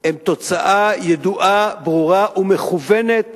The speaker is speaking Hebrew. הן תוצאה ידועה, ברורה ומכוונת